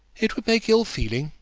it would make ill-feeling,